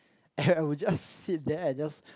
and I would just sit there I just